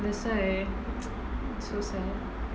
that's why so sad